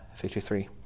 53